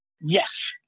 Yes